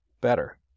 better